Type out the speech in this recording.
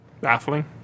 baffling